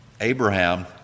Abraham